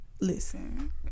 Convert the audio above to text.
Listen